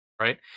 right